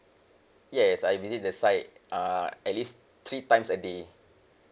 yes I visit the site uh at least three times a day